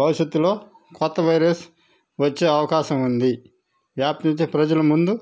భవిష్యత్తులో కొత్త వైరస్ వచ్చే అవకాశం ఉంది వ్యాపించే ప్రజలు ముందు